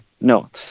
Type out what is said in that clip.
No